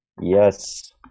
Yes